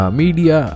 media